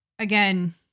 Again